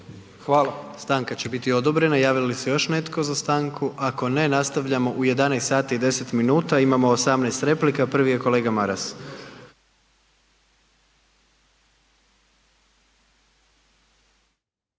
(HDZ)** Stanka će biti odobrena. Javlja li se još netko za stanku, ako ne nastavljamo u 11 sati i 10 minuta. Imamo 18 replika. Prvi je kolega Maras.